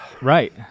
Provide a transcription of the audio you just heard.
Right